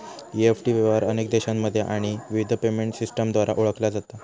EFT व्यवहार अनेक देशांमध्ये आणि विविध पेमेंट सिस्टमद्वारा ओळखला जाता